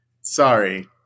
Sorry